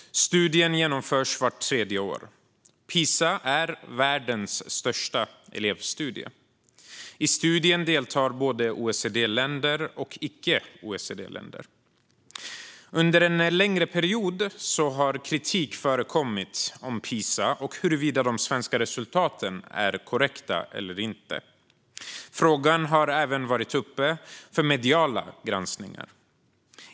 Studien genomförs vart tredje år. PISA är världens största elevstudie. I studien deltar både OECD-länder och icke-OECD-länder. Under en längre period har kritik förekommit om PISA och huruvida de svenska resultaten är korrekta eller inte. Frågan har även varit uppe för mediala granskningar.